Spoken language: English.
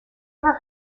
ever